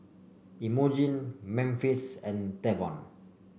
Imogene Memphis and Tavon